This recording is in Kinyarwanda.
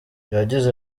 yagize